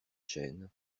chênes